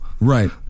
Right